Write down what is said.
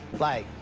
like,